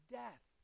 death